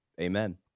Amen